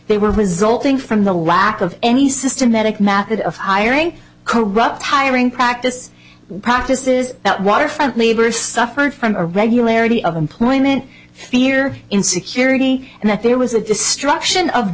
they were resulting from the lack of any systematic math of hiring corrupt hiring practices practices that waterfront leaders suffered from a regularity of employment fear insecurity and that there was a destruction of